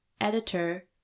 editor